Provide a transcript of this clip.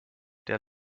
der